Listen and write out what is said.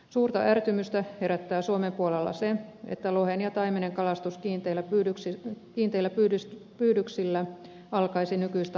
suurta ärtymystä herättää suomen puolella se että lohen ja taimenen kalastus kiinteillä pyydyksillä alkaisi nykyistä aikaisemmin